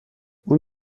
اون